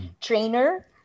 trainer